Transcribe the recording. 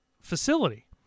facility